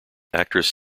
actress